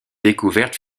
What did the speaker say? découverte